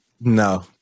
No